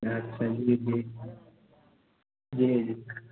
अच्छा जी जी जी जी